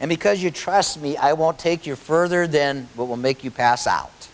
and because you trust me i won't take you further then what will make you pass out